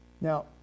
Now